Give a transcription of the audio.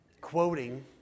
quoting